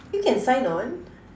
you can sign on